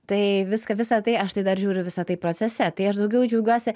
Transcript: tai viską visa tai aš tai dar žiūriu visa tai procese tai aš daugiau džiaugiuosi